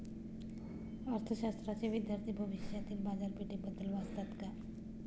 अर्थशास्त्राचे विद्यार्थी भविष्यातील बाजारपेठेबद्दल वाचतात का?